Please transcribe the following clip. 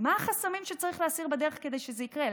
מה החסמים שצריך להסיר בדרך כדי שזה יקרה.